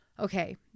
okay